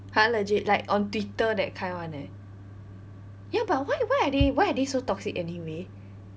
!huh! legit like on twitter that kind [one] eh ya but why why are they why are they so toxic anyway